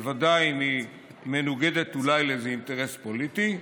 בוודאי אם היא מנוגדת אולי לאיזה אינטרס פוליטי.